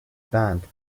bad